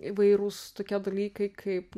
įvairūs tokie dalykai kaip